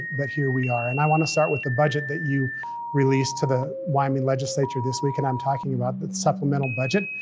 but here we are, and i wanna start with the budget that you released to the wyoming legislature this week, and i'm talking about the supplemental budget.